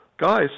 Guys